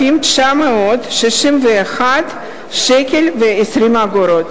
היה 3,961.20 ש"ח.